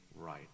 right